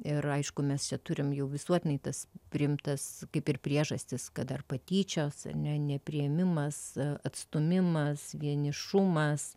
ir aišku mes čia turim jau visuotinai tas priimtas kaip ir priežastis kad ar patyčios nepriėmimas atstūmimas vienišumas